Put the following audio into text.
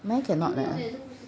mine cannot leh